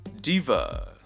Diva